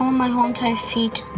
um my whole entire feet